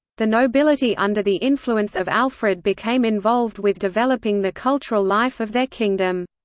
the nobility under the influence of alfred became involved with developing the cultural life of their kingdom.